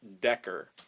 Decker